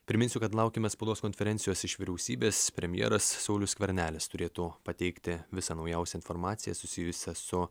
priminsiu kad laukiame spaudos konferencijos iš vyriausybės premjeras saulius skvernelis turėtų pateikti visą naujausią informaciją susijusią su